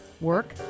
work